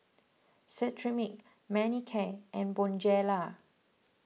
Cetrimide Manicare and Bonjela